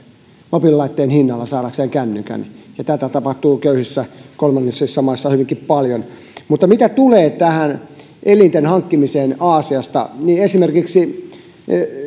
mobiililaitteen hinnalla saadakseen kännykän ja tätä tapahtuu köyhissä kolmansissa maissa hyvinkin paljon mitä tulee tähän elinten hankkimiseen aasiasta niin esimerkiksi